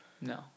No